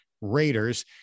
raiders